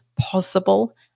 possible